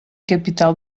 capital